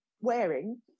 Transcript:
wearing